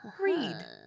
Read